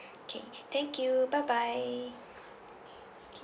okay thank you bye bye okay